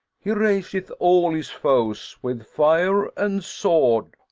he razeth all his foes with fire and sword.